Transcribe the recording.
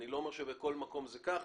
אני לא אומר שבכל מקום זה כך